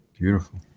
Beautiful